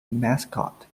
mascot